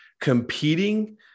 competing